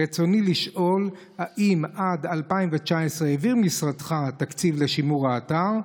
רצוני לשאול: 1. האם עד 2019 העביר משרדך את התקציב לשימור האתר?